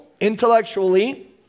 intellectually